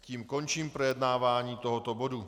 Tím končím projednávání tohoto bodu.